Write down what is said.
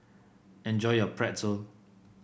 enjoy your Pretzel